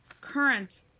current